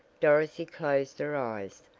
dorothy closed her eyes,